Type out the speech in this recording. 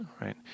right